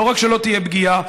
לא רק שלא תהיה פגיעה,